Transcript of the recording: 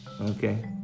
Okay